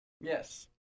Yes